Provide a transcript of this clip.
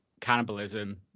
cannibalism